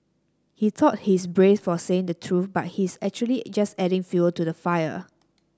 he thought he's brave for saying the truth but he's actually just adding fuel to the fire